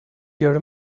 your